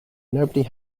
nobody